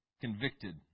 convicted